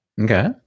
Okay